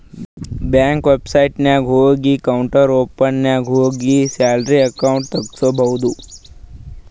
ಬ್ಯಾಂಕ್ದು ವೆಬ್ಸೈಟ್ ನಾಗ್ ಹೋಗಿ ಅಕೌಂಟ್ ಓಪನಿಂಗ್ ನಾಗ್ ಹೋಗಿ ಸ್ಯಾಲರಿ ಅಕೌಂಟ್ ತೆಗುಸ್ಕೊಬೋದು